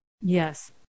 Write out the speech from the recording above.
Yes